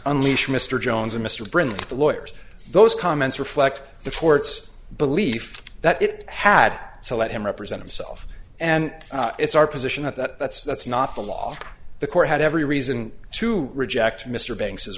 unleash mr jones or mr brindley lawyers those comments reflect the fort's belief that it had to let him represent himself and it's our position that that's that's not the law the court had every reason to reject mr banks's